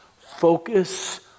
Focus